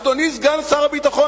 אדוני סגן שר הביטחון,